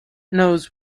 knows